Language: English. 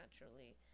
naturally